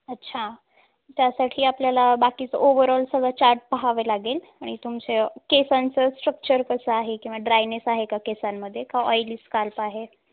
अच्छा त्यासाठी आपल्याला बाकीचं ओव्हरऑल सगळं चार्ट पहावे लागेल आणि तुमच्या केसांचं स्ट्रक्चर कसं आहे किंवा ड्रायनेस आहे का केसांमध्ये का ऑईली स्काल्प आहे